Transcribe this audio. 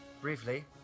Briefly